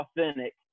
authentic